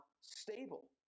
stable